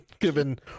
given